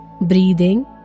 breathing